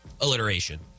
Alliteration